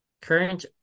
Current